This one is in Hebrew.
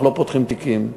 אנחנו לא פותחים תיקים.